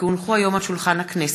כי הונחו היום על שולחן הכנסת,